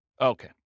Okay